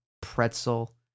pretzel